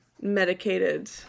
medicated